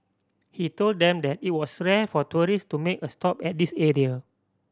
he told them that it was rare for tourist to make a stop at this area